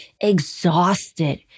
exhausted